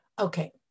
Okay